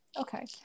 Okay